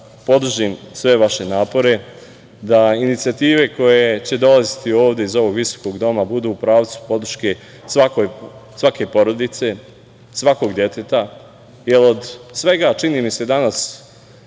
podržim sve vaše napore da inicijative koje će dolaziti ovde iz ovog visokog doma budu u pravcu podrške svake porodice, svakog deteta. Jer, od svega čini mi se danas